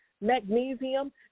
magnesium